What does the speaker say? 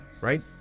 right